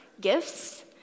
gifts